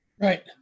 right